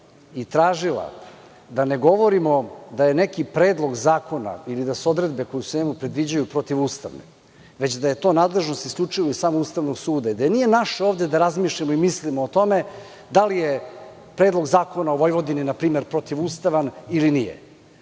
i tražila da ne govorimo da je neki predlog zakona ili da su odredbe koje se u njemu predviđaju protivustavne, već da je to nadležnost isključivo samo Ustavnog suda i da nije naše ovde da razmišljamo i mislimo o tome da li je predlog zakona o Vojvodini npr. protivustavan ili nije. To